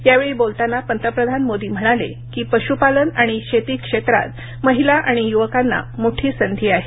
यावेळी बोलताना पंतप्रधान मोदी म्हणाले की पश्पालन आणि शेती क्षेत्रात महिला आणि य्वकांना मोठी संधी आहे